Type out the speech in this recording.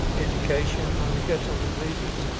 education on rickettsial diseases,